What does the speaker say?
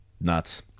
Nuts